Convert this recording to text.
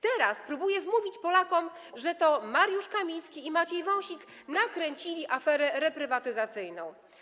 Teraz próbuje wmówić Polakom, że to Mariusz Kamiński i Maciej Wąsik nakręcili aferę reprywatyzacyjną.